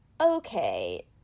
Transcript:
okay